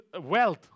wealth